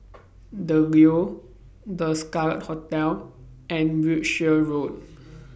The Leo The Scarlet Hotel and Wiltshire Road